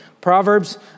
Proverbs